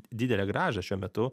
didelę grąžą šiuo metu